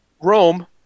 Rome